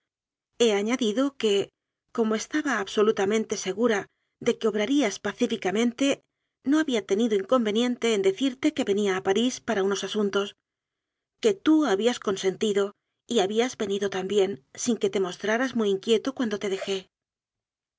he añadido que como estaba ab solutamente segura de que obrarías pacíficamente no había tenido inconveniente en decirte que ve nía a parís para unos asuntos que tú habías con sentido y habías venido también sin que te mos traras muy inquieto cuando te dejé